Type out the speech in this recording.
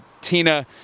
Tina